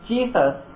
Jesus